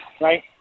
right